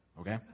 Okay